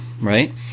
right